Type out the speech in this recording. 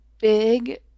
big